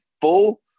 full